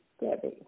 debbie